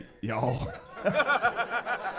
Y'all